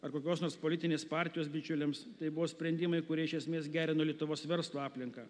ar kokios nors politinės partijos bičiuliams tai buvo sprendimai kurie iš esmės gerino lietuvos verslo aplinką